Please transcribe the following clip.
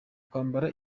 kwambara